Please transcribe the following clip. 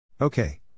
Okay